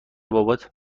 بابات